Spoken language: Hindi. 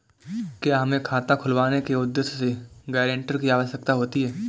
क्या हमें खाता खुलवाने के उद्देश्य से गैरेंटर की आवश्यकता होती है?